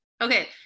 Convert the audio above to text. Okay